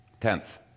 Tenth